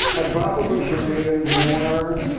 i probably should read it more.